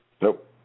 Nope